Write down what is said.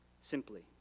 Simply